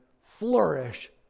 flourish